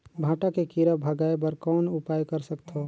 भांटा के कीरा भगाय बर कौन उपाय कर सकथव?